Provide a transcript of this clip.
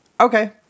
Okay